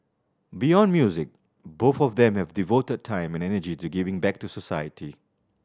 beyond music both of them have devoted time and energy to giving back to society